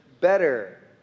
better